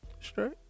Straight